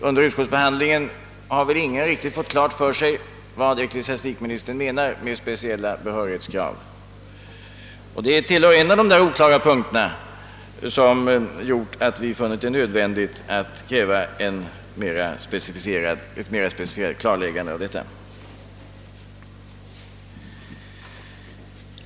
Under utskottsbehandlingen har väl ingen fått riktigt klart för sig vad ecklesiastikministern menar med »speciella behörighetskrav» — det tillhör dessa oklara punkter som vi funnit det nödvändigt att kräva ett mera specificerat klarläggande av.